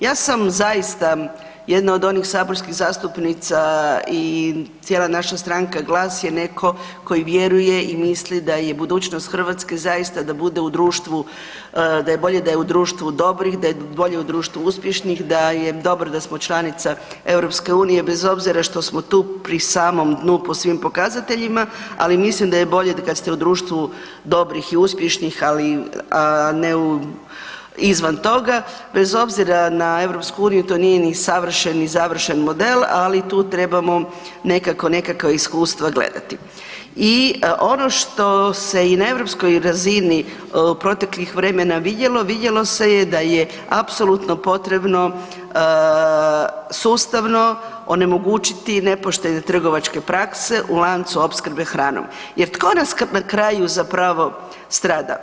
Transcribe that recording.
Ja sam zaista jedna od onih saborskih zastupnica i cijela naša stranka GLAS je neko ko vjeruje i misli da je budućnost Hrvatske zaista da bude u društvu, da je bolje da je u društvu dobrih, da je bolje u društvu uspješnih, da je dobro da smo članica EU bez obzira što smo tu pri samom dnu po svim pokazateljima, ali mislim da je bolje kad ste u društvu dobrih i uspješnih, ali ne izvan toga, bez obzira na EU to nije ni savršen ni završen model, ali tu trebamo nekako nekakva iskustva gledati i ono što se i na europskoj razini proteklih vremena vidjelo, vidjelo se je da je apsolutno potrebno sustavno onemogućiti nepoštene trgovačke prakse u lancu opskrbe hranom, jer tko nas na kraju zapravo strada?